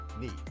need